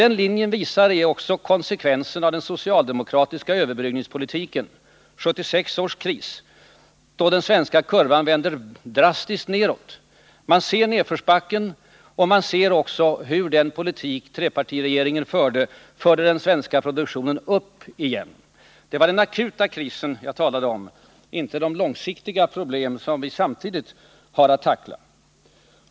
Den linjen visar också konsekvensen av den socialdemokratiska överbryggningspolitiken — 1976 års kris, då den svenska kurvan vände drastiskt nedåt. Man ser nedförsbacken, men man ser också hur den politik trepartiregeringen förde ledde den svenska produktionen upp igen. Det är den akuta krisen jag talar om, inte de långsiktiga problem vi nu har att tackla.